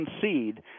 concede